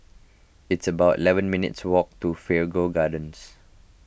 it's about eleven minutes' walk to Figaro Gardens